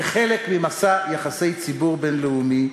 כחלק ממסע יחסי ציבור בין-לאומי,